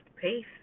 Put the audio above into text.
Peace